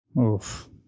Oof